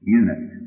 unit